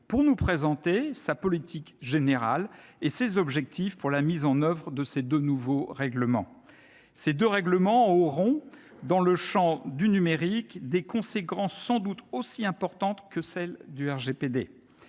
pour nous présenter sa politique générale et ses objectifs en vue de la mise en oeuvre des deux nouveaux règlements. Ces règlements auront, dans le champ du numérique, des conséquences sans doute aussi importantes que celles du